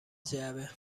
جعبه